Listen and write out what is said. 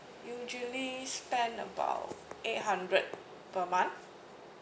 usually spend about eight hundred per month